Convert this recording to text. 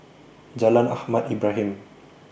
Jalan Ahmad Ibrahim